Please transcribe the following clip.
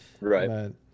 Right